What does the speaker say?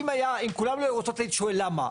אם כולן לא היו רוצות הייתי שואל למה?